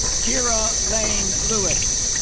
kyra lane lewis